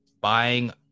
buying